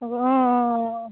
হ'ব অঁ অঁ অঁ